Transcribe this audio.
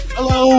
Hello